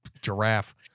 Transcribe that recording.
giraffe